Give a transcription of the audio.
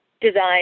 design